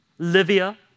Livia